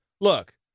look